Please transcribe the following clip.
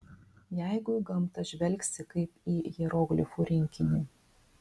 jeigu į gamtą žvelgsi kaip į hieroglifų rinkinį